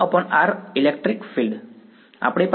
હા 1r electric field